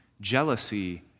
Jealousy